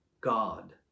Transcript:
God